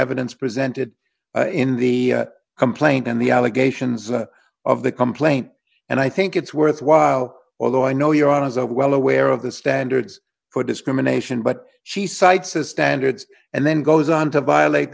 evidence presented in the complaint and the allegations of the complaint and i think it's worthwhile although i know you are as a well aware of the standards for discrimination but she cites a standards and then goes on to violate